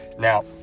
Now